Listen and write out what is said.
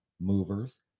movers